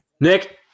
Nick